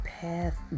path